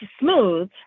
smooth